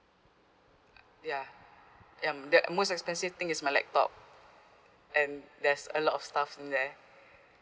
ya ya um that most expensive thing is my laptop and there's a lot of stuff in there